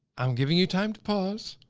i'm giving you time to pause,